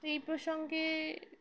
এই প্রসঙ্গে